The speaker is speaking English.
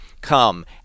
come